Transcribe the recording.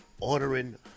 ordering